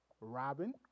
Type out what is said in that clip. Robin